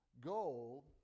go